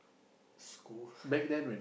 school